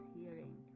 hearing